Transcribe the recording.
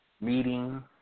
meeting